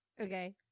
Okay